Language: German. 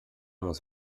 muss